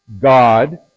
God